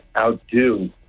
outdo